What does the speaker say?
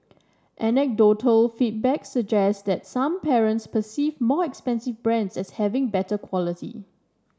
anecdotal feedback suggested that some parents perceive more expensive brands as having better quality